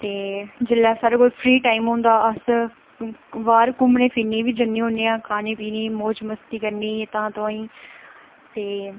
ते जेल्लै साढे़ कोल फ्री टाइम होंदा अस बाह्र घूमने फिरने बी जन्ने होन्ने आं खन्ने पीने मौज मस्ती करने गी तांह् तुआहीं ते